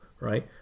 right